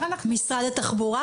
משרד התחבורה?